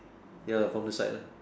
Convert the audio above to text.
ya from the side lah